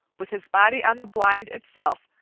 with his body on the blind itself,